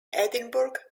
edinburgh